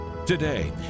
today